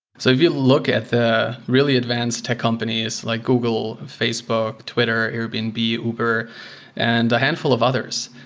so if you look at the really advanced tech companies like google, facebook, twitter, airbnb, uber and a handful of others,